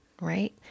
Right